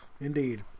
Indeed